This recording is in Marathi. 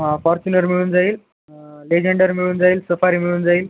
हा फॉर्च्युनर मिळून जाईल लेजेंडर मिळून जाईल सफारी मिळून जाईल